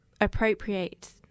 appropriate